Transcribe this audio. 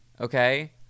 Okay